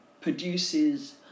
produces